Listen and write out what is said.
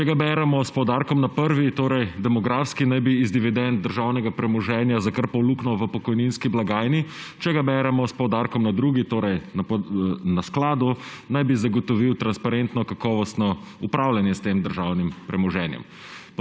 Če ga beremo s poudarkom na prvi, torej demografski, naj bi iz dividend državnega premoženja zakrpal luknjo v pokojninski blagajni. Če ga beremo s poudarkom na drugi, torej na skladu, naj bi zagotovil transparentno, kakovostno upravljanje s tem državnim premoženjem.